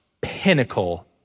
pinnacle